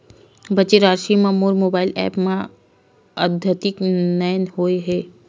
बचे राशि हा मोर मोबाइल ऐप मा आद्यतित नै होए हे